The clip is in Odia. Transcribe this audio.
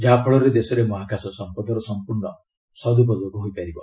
ଯାହାଫଳରେ ଦେଶରେ ମହାକାଶ ସମ୍ପଦର ସମ୍ପର୍ଣ୍ଣ ସଦ୍ଉପଯୋଗ ହୋଇପାରିବ